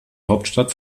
hauptstadt